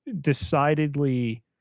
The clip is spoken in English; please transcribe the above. decidedly